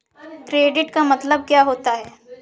Credit का मतलब क्या होता है?